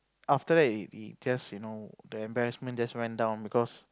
after that it it just you know the embarrassment just went down because